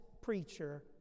preacher